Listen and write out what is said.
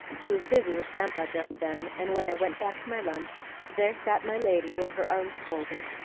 she was busy with grandpa just then, and when i went back to my lunch there sat my lady with her arms folded,